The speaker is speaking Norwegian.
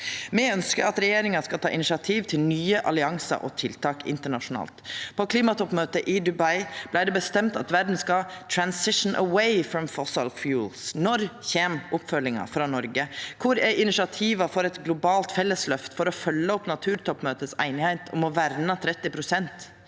Me ønskjer at regjeringa skal ta initiativ til nye alliansar og tiltak internasjonalt. På klimatoppmøtet i Dubai vart det bestemt at verda skal «transition away from fossil fuels». Når kjem oppfølginga frå Noreg? Kvar er initiativa for eit globalt felles løft for å følgja opp einigheita i naturtoppmøtet om å verna 30 pst.?